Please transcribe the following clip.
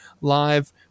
live